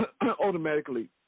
automatically